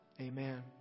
Amen